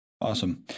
Awesome